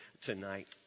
tonight